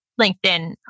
LinkedIn